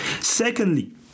secondly